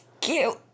cute